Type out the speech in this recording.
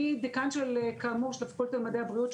אני כאמור דיקן של הפקולטה למדעי הבריאות,